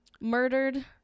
murdered